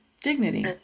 Dignity